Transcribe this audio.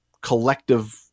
collective –